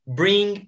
bring